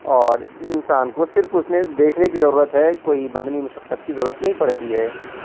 اور انسان کو صرف اس میں دیکھنے کی ضرورت ہے کوئی بدنی مشقت کی ضرورت نہیں پڑتی ہے